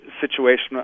situation